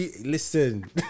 listen